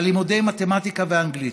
על לימודי מתמטיקה ואנגלית.